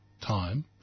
time